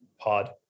pod